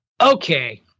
Okay